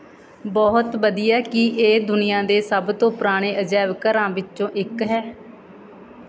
ਬਹੁਤ ਵਧੀਆ ਕੀ ਇਹ ਦੁਨੀਆ ਦੇ ਸਭ ਤੋਂ ਪੁਰਾਣੇ ਅਜਾਇਬ ਘਰਾਂ ਵਿੱਚੋਂ ਇੱਕ ਹੈ